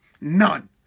None